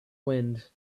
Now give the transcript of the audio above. wind